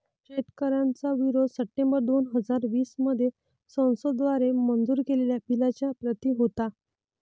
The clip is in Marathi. शेतकऱ्यांचा विरोध सप्टेंबर दोन हजार वीस मध्ये संसद द्वारे मंजूर केलेल्या बिलच्या प्रति होता